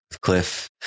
cliff